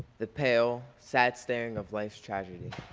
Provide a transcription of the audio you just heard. the pale, sad staring of life's tragedy.